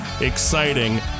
exciting